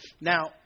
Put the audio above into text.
Now